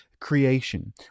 creation